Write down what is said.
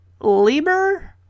Lieber